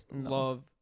love